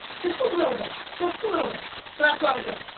just a little bit, just a little bit. so that's what i would do.